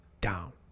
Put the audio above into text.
Down